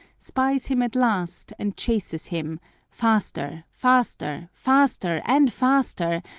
spies him at last and chases him faster, faster, faster, and faster,